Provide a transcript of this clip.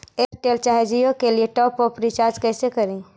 Airtel चाहे जियो के लिए टॉप अप रिचार्ज़ कैसे करी?